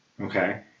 Okay